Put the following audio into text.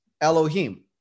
Elohim